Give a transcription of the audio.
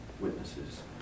Witnesses